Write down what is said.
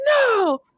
no